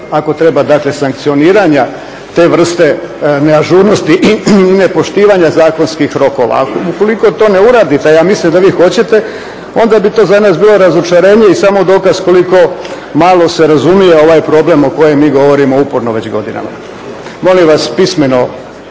ako treba dakle sankcioniranja te vrste neažurnosti i nepoštivanja zakonskih rokova. A ukoliko to ne uradite, a ja mislim da vi hoćete, onda bi to za nas bilo razočarenje i samo dokaz koliko malo se razumije ovaj problem o kojem mi govorimo uporno već godinama. Molim vas pismeni